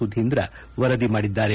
ಸುಧೀಂದ್ರ ವರದಿ ಮಾಡಿದ್ದಾರೆ